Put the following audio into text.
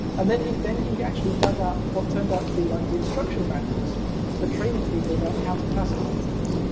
and then he then he actually dug up what turned out to be like the instruction manuals for training people about how to classify things,